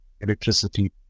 electricity